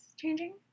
changing